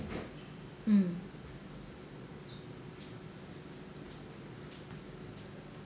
mm